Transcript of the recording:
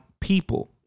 people